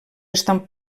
estan